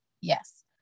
yes